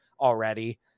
already